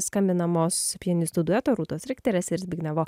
skambinamos pianistų dueto rūtos rikterės ir zbignevo